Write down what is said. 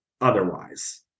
otherwise